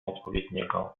odpowiedniego